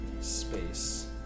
space